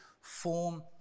form